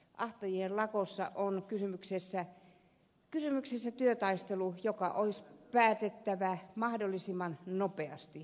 ahtaajien lakossa on kysymyksessä työtaistelu joka olisi päätettävä mahdollisimman nopeasti